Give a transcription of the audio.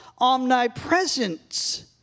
omnipresence